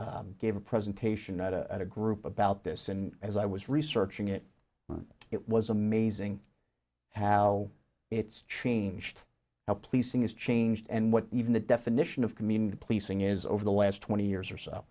recently gave a presentation night at a group about this and as i was researching it it was amazing how it's changed how pleasing is changed and what even the definition of community policing is over the last twenty years or so